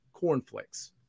Cornflakes